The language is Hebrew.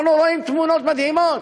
אנחנו רואים תמונות מדהימות.